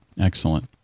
Excellent